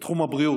בתחום הבריאות